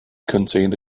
contained